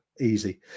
easy